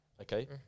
okay